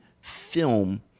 film